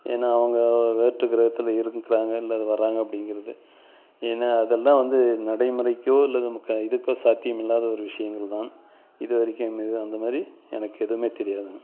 ஏன்னால் அவங்க வேற்று கிரகத்தில் இருக்கிறாங்க இல்ல வராங்க அப்படிங்கிறது ஏன்னால் அதெல்லாம் வந்து நடைமுறைக்கோ அல்லது இதுக்கோ சாத்தியமில்லாத ஒரு விஷயங்கள் தான் இதுவரைக்கும் அமையுது அந்தமாதிரி எனக்கு எதுவுமே தெரியாது